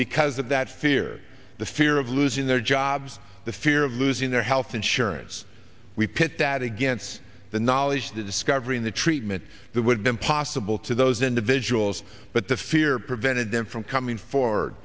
because of that fear the fear of losing their jobs the fear of losing their health insurance we pit that against the knowledge discovering the treatment that would be impossible to those individuals but the fear prevented them from coming forward